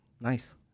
Nice